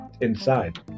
inside